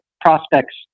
prospects